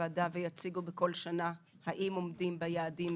הוועדה ויציגו כל שנה האם עומדים ביעדים